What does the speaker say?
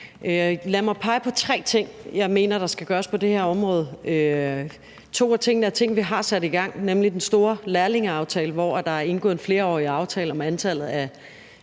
Lad mig pege på tre ting, jeg mener der skal gøres på det her område. To af tingene er ting, vi har sat i gang. Det er den store lærlingeaftale, hvormed der er indgået en flerårig aftale om antallet af